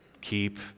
Keep